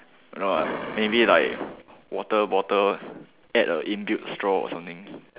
no ah maybe like water bottle add a inbuilt straw or something